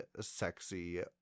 sexy